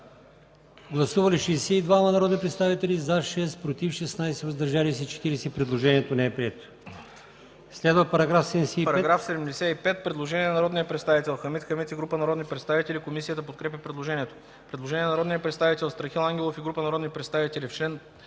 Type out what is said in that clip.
Гласували 70 народни представители: за 69, против няма, въздържал се 1. Предложението е прието. ДОКЛАДЧИК ХАМИД ХАМИД: По § 54 има предложение от народния представител Хамид Хамид и група народни представители. Комисията подкрепя по принцип предложението. Предложение от народния представител Страхил Ангелов и група народни представители.